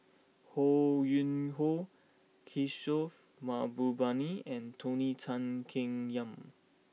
Ho Yuen Hoe Kishore Mahbubani and Tony Tan Keng Yam